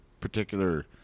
particular